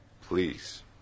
please